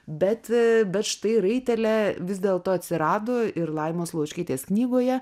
bet bet štai raitelė vis dėlto atsirado ir laimos laučkaitės knygoje